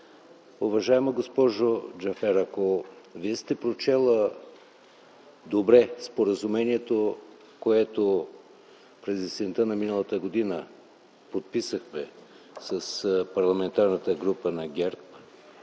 Уважаема госпожо Джафер, ако Вие сте прочела добре споразумението, което през есента на миналата година подписахме с Парламентарната група на ГЕРБ,